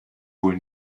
wohl